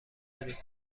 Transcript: کنید